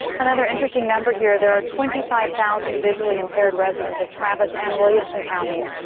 another interesting number here, there are twenty five thousand visually-impaired residents of travis and williamson counties,